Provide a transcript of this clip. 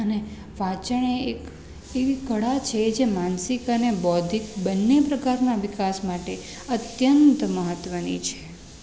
અને વાંચન એ એક એવી કળા છે જે માનસિક અને બૌદ્ધિક બંને પ્રકારના વિકાસ માટે અત્યંત મહત્વની છે